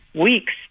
weeks